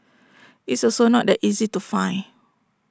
it's also not that easy to find